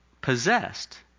possessed